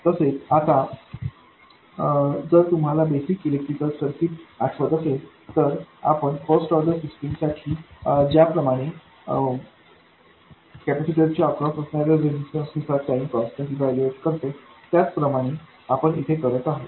तसेच आता जर तुम्हाला बेसिक इलेक्ट्रिक सर्किट आठवत असेल तर आपण फर्स्ट ऑर्डर सिस्टीम साठी ज्याप्रमाणे कॅपेसिटर च्या अक्रॉस असणाऱ्या रेझिस्टन्स नुसार टाईम कॉन्स्टंट ईवैल्यूऐट करतो त्याचप्रमाणे आपण येथे करत आहोत